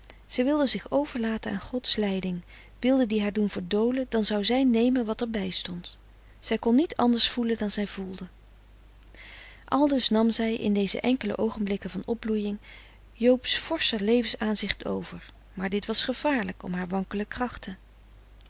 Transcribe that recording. zij wilde zich overlaten aan gods leiding wilde die haar doen verdolen dan zou zij nemen wat er bij stond zij kon niet anders voelen dan zij voelde aldus nam zij in deze enkele oogenblikken van opbloeying joobs forscher levens aanzicht over maar dit was gevaarlijk om haar wankele krachten